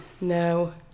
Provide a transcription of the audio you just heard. no